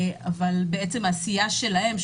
העשייה שלהם,